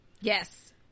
Yes